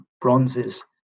bronzes